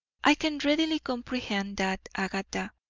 i can readily comprehend that, agatha.